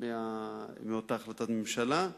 מאותה החלטת ממשלה: